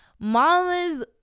mama's